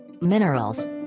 Minerals